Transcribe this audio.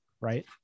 right